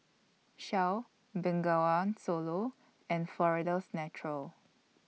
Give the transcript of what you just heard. Shell Bengawan Solo and Florida's Natural